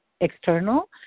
external